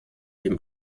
dem